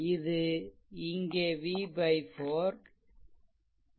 இது இங்கே v 4